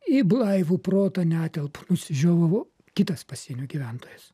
į blaivų protą netelpa nusižiovavo kitas pasienio gyventojas